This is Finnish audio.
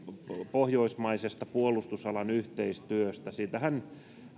pohjoismaisesta puolustusalan yhteistyöstä siitähän